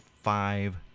five